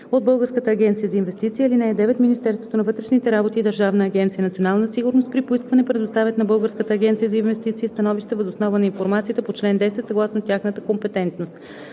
от Българската агенция за инвестиции. (9) Министерството на вътрешните работи и Държавна агенция „Национална сигурност“ при поискване предоставят на Българската агенция за инвестиции становище въз основа на информацията по чл. 10, съгласно тяхната компетентност.